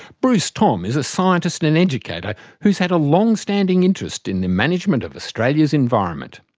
bruce thom is a scientist and and educator who's had a long standing interest in the management of australia's environment.